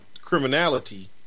criminality